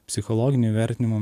psichologinį vertinimą